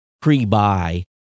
pre-buy